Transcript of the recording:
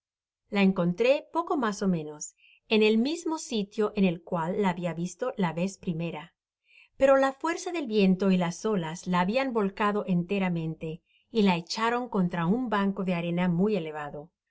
la encontré poco mas ó menos en el mismo sitio en el cual la habia visto la vez primera pero la fuerza del viento y las olas la habian volcado enteramente y la echaron contra un banco de arena muy elevado